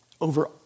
over